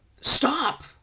Stop